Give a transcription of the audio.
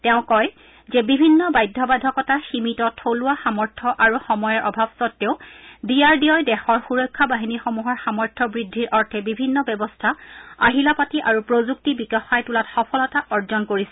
তেওঁ কয় যে বিভিন্ন বাধ্যবাধকতা সীমিত থলুৱা সামৰ্থ্য আৰু সময়ৰ অভাৱ সতেও ডি আৰ ডি অ'ই দেশৰ সুৰক্ষা বাহিনীসমূহৰ সামৰ্থ্য বুদ্ধিৰ অৰ্থে বিভিন্ন ব্যৱস্থা আহিলাপাতি আৰু প্ৰযুক্তি বিকশাই তোলাত সফলতা অৰ্জন কৰিছে